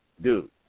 dude